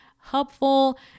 helpful